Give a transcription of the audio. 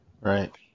Right